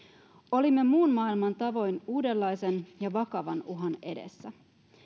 olimme muun maailman tavoin uudenlaisen ja vakavan uhan edessä